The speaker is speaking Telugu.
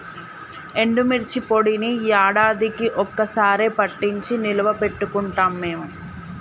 ఎండుమిర్చి పొడిని యాడాదికీ ఒక్క సారె పట్టించి నిల్వ పెట్టుకుంటాం మేము